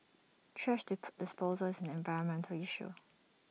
thrash disposal is an environmental issue